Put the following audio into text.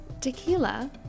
Tequila